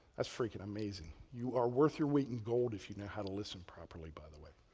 that's freaking amazing. you are worth your weight in gold if you know how to listen properly by the way.